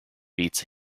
beats